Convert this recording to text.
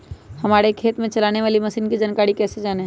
हमारे खेत में चलाने वाली मशीन की जानकारी कैसे जाने?